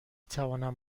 توانم